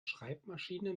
schreibmaschine